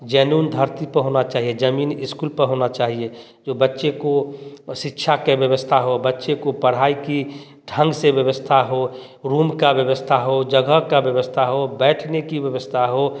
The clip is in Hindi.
जुनून धरती तो होना चाहिए जमीन स्कूल पर होना चाहिए जो बच्चों को शिक्षा के व्यवस्था हो बच्चे को पढ़ाई की ढंग से व्यवस्था हो रूम का व्यवस्था हो जगह का व्यवस्था हो बैठने की व्यवस्था हो